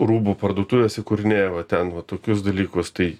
rūbų parduotuves įkūrinėja va ten va tokius dalykus tai